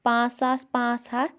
پانٛژھ ساس پانٛژھ ہَتھ